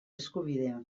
eskubidea